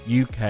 UK